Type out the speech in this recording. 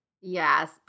Yes